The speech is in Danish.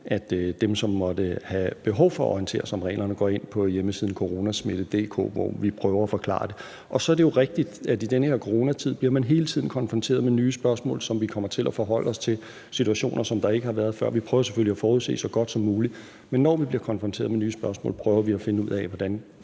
at dem, som måtte have behov for at orientere sig om reglerne, går ind på hjemmesiden coronasmitte.dk, hvor vi prøver at forklare det. Og så er det jo rigtigt, at i den har coronatid bliver man hele tiden konfronteret med nye spørgsmål, som vi kommer til at forholde os til; situationer, som der ikke har været før. Vi prøver selvfølgelig at forudse dem så godt som muligt, men når vi bliver konfronteret med nye spørgsmål, prøver vi at finde ud af, hvordan